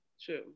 True